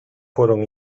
fueron